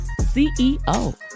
CEO